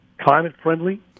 climate-friendly